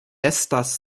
estas